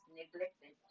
neglected